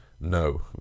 No